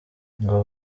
ngo